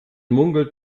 munkelt